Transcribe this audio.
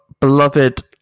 beloved